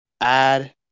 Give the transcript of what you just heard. add